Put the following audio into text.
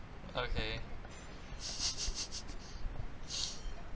okay